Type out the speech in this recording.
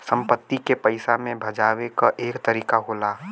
संपत्ति के पइसा मे भजावे क एक तरीका होला